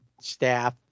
staff